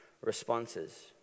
responses